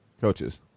Coaches